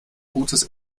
gutes